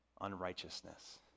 unrighteousness